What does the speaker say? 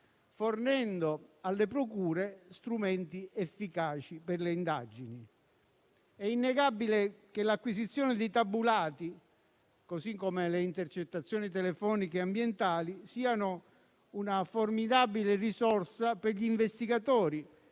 fornendo alle procure strumenti efficaci per le indagini. È innegabile che l'acquisizione dei tabulati, così come le intercettazioni telefoniche e ambientali, siano una formidabile risorsa per gli investigatori